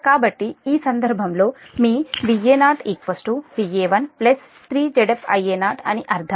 కాబట్టి ఈ సందర్భంలో మీ Va0 Va1 3 Zf Ia0 అని అర్థం